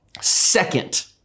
Second